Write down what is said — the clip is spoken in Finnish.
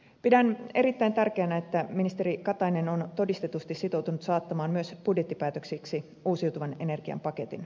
pidän erittäin tärkeänä että ministeri katainen on todistetusti sitoutunut saattamaan myös budjettipäätöksiksi uusiutuvan energian paketin